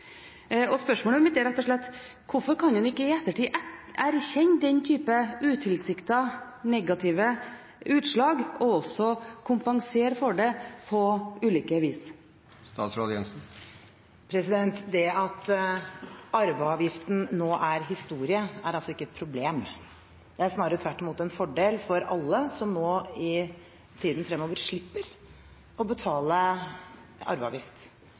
Spørsmålet mitt er rett og slett: Hvorfor kan en ikke i ettertid erkjenne den type utilsiktede negative utslag, og også kompensere for det på ulike vis? Det at arveavgiften nå er historie, er ikke et problem. Det er snarere tvert imot en fordel for alle som nå i tiden fremover slipper å betale arveavgift.